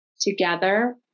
together